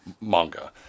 manga